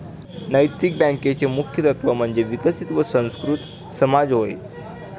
नैतिक बँकेचे मुख्य तत्त्व म्हणजे विकसित व सुसंस्कृत समाज होय